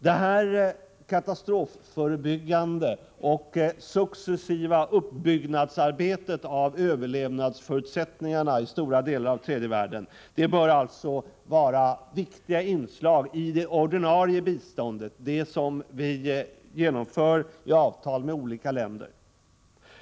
Detta katastrofförebyggande och successiva uppbyggnadsarbete av överlevnadsförutsättningarna i stora delar av tredje världen bör alltså vara viktiga inslag i det ordinarie biståndet, det som vi genomför genom avtal med olika länder.